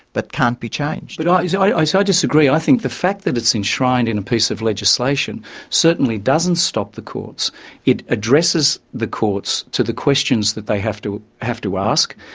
but can't be changed. changed. but so i. see, i disagree, i think the fact that it's enshrined in a piece of legislation certainly doesn't stop the courts it addresses the courts to the questions that they have to. have to ask.